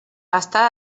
està